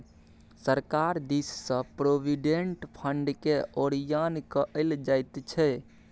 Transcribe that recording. सरकार दिससँ प्रोविडेंट फंडकेँ ओरियान कएल जाइत छै